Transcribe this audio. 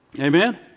Amen